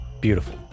Beautiful